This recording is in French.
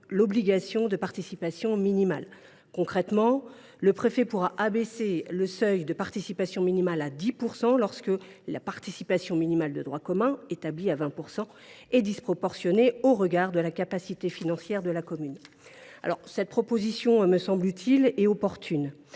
l’obligation de participation minimale. Concrètement, le préfet pourra abaisser le seuil de participation minimale à 10 % lorsque la participation minimale de droit commun, établie à 20 %, est disproportionnée au regard de la capacité financière de la commune. Cette proposition me semble utile et opportune.